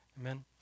Amen